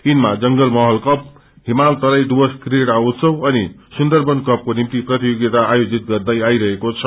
यिनमा जंगल महल कप हिमाल तराई डुव्रस क्रीड़ा उत्सव अनि सुन्दरवन कपाको निम्ति प्रतियोगिमा आयोजित गर्दै आइरहेको छ